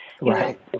right